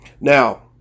now